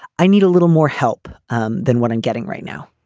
i need a little more help um than what i'm getting right now.